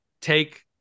take